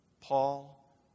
Paul